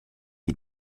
die